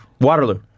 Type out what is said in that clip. Waterloo